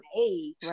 age